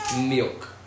milk